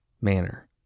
manner